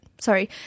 sorry